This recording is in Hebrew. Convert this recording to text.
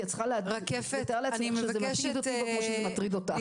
כי את צריכה לתאר לעצמך שזה מטריד אותי כמו שזה מטריד אותך.